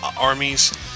armies